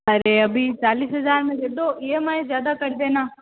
अरे अभी चालीस हजार में दे दो ई एम आई ज़्यादा कर देना